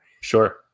Sure